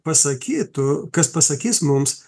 pasakytų kas pasakys mums